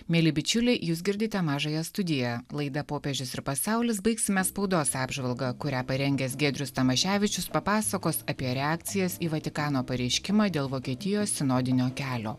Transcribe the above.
mieli bičiuliai jūs girdite mažąją studiją laida popiežius ir pasaulis baigsime spaudos apžvalga kurią parengęs giedrius tamaševičius papasakos apie reakcijas į vatikano pareiškimą dėl vokietijos sinodinio kelio